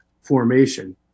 formation